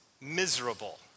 miserable